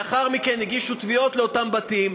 לאחר מכן הגישו תביעות על אותם בתים.